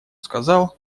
сказал